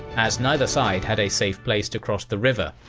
as neither side had a safe place to cross the river.